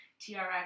TRX